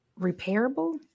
repairable